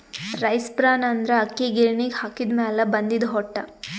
rice bran ಅಂದ್ರ ಅಕ್ಕಿ ಗಿರಿಣಿಗ್ ಹಾಕಿದ್ದ್ ಮ್ಯಾಲ್ ಬಂದಿದ್ದ್ ಹೊಟ್ಟ